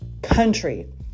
country